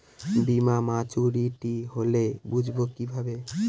বীমা মাচুরিটি হলে বুঝবো কিভাবে?